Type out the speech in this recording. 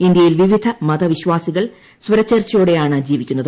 ഇന്ത്യയിൽ വിവിധ മതവിശ്വാസികൾ സ്വരചേർച്ചയോടെയാണ് ജീവിക്കുന്നത്